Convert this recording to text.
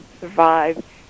survive